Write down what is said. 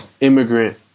immigrant